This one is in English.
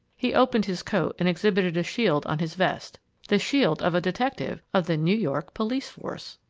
he opened his coat and exhibited a shield on his vest the shield of a detective of the new york police force!